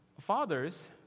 fathers